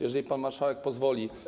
Jeżeli pan marszałek pozwoli.